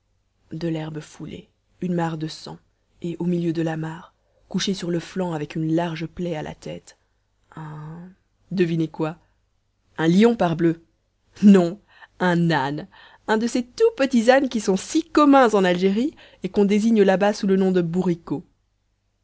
de l'herbe foulée une mare de sang et au milieu de la mare couché sur le flanc avec une large plaie à la tête un devinez quoi un lion parbleu non un âne un de ces tout petits ânes qui sont si communs en algérie et qu'on désigne là-bas sous le nom de bourriquots